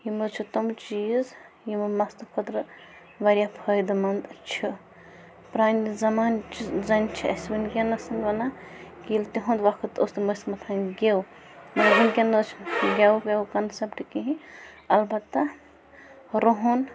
یِم حظ چھِ تِم چیٖز یِمو مَستہٕ خٲطرٕ واریاہ فٲیدٕ منٛد چھِ پرٛانہِ زمانہٕ چہِ زَنہِ چھِ اَسہِ وٕنۍکٮ۪نَس وَنان کہِ ییٚلہِ تِہُنٛد وقت اوس تِم ٲسۍ مَتھان گٮ۪و وٕنۍکٮ۪نَس حظ چھِنہٕ گٮ۪وُک وٮ۪وُک کَنسٮ۪پٹ کِہیٖنۍ البتہ رُہَن